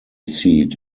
seat